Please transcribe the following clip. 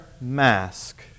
mask